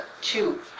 two